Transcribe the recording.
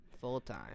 Full-time